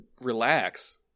relax